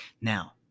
Now